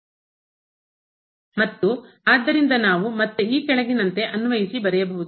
ಮತ್ತು ಆದ್ದರಿಂದ ನಾವು ಮತ್ತೆ ಈ ಕೆಳಗಿನಂತೆ ಅನ್ವಯಿಸಿ ಬರೆಯಬಹುದು